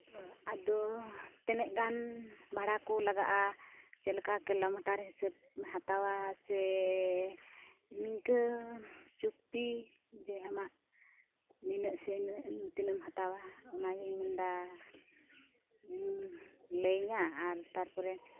ᱟᱫᱚ ᱛᱤᱱᱟᱹᱜ ᱜᱟᱱ ᱵᱷᱟᱲᱟ ᱠᱚ ᱞᱟᱜᱟᱜᱼᱟ ᱪᱮᱫᱞᱮᱠᱟ ᱠᱤᱞᱳᱢᱤᱴᱟᱨ ᱦᱤᱥᱟᱹᱵ ᱮᱢ ᱦᱟᱛᱟᱣᱟ ᱥᱮ ᱱᱤᱝᱠᱟᱹ ᱪᱩᱠᱛᱤ ᱡᱮ ᱟᱢᱟᱜ ᱱᱤᱱᱟᱹᱜ ᱥᱮ ᱤᱱᱟᱹᱜ ᱛᱤᱱᱟᱹᱜ ᱮᱢ ᱦᱟᱛᱟᱣᱟ ᱚᱱᱟ ᱜᱤᱧ ᱢᱮᱱ ᱮᱫᱟ ᱞᱟᱹᱭ ᱤᱧᱟᱹ ᱟᱨ ᱛᱟᱨᱯᱚᱨᱮ